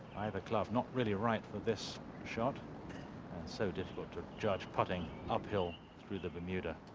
i have a club not really right for this shot and so difficult to judge putting up hill through the bermuda.